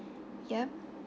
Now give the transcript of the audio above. yup